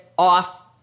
Off